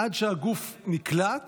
עד שהגוף נקלט